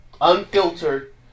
unfiltered